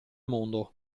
mondo